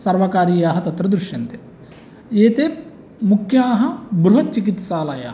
सर्वकारीयाः तत्र दृश्यन्ते एते मुख्याः बृहत् चिकित्सालयाः